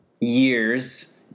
years